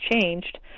changed